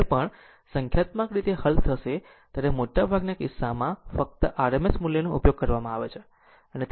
જ્યારે પણ સંખ્યાત્મક રીતે હલ થશે ત્યારે મોટાભાગના કિસ્સાઓમાં ફક્ત RMS મૂલ્યનો ઉપયોગ કરવામાં આવશે